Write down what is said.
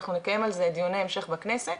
ושאנחנו נקיים על זה דיוני המשך בכנסת.